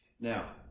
Now